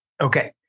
Okay